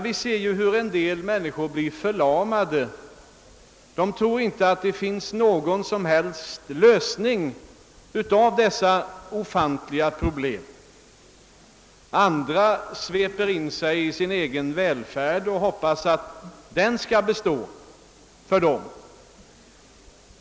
Vi ser hur en del människor blir förlamade. De tror inte att det finns någon som helst lösning av detta ofantliga problem. Andra sveper in sig i sin egen välfärd och hoppas att den skall bestå för dem.